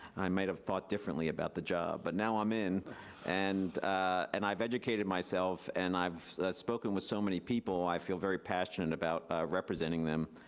i might've thought differently about the job, but now i'm in and and i've educated myself, and i've spoken with so many people, and i fell very passionate about representing them.